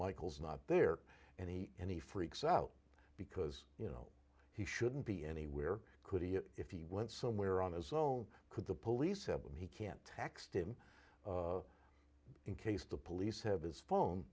michael's not there any any freaks out because you know he shouldn't be anywhere could he if he went somewhere on his own could the police have him he can't text him in case the police have his phone